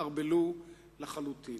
התערבלו לחלוטין.